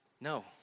no